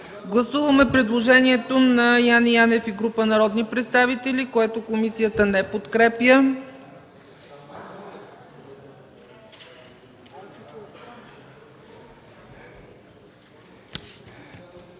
Гласуваме предложението на Яне Янев и група народни представители, което комисията не подкрепя.